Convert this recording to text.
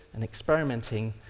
and experimenting,